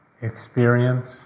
experience